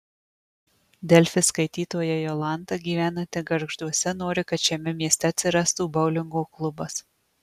delfi skaitytoja jolanta gyvenanti gargžduose nori kad šiame mieste atsirastų boulingo klubas